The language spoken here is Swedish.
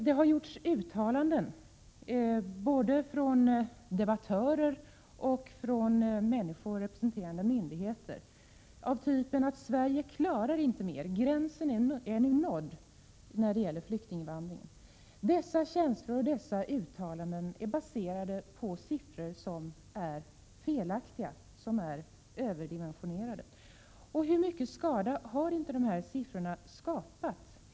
Det har gjorts uttalanden både av debattörer och av representanter för myndigheter av typen att Sverige inte klarar mer och att gränsen nu är nådd när det gäller flyktinginvandringen. Dessa uttalanden, med de känslor de förorsakat — är baserade på felaktiga, dvs. för höga siffror. Hur mycken skada har inte dessa siffror åstadkommit?